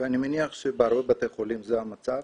ואני מניח שברוב בתי החולים זה המצב,